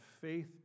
faith